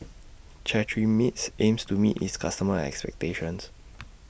Cetrimide's aims to meet its customers' expectations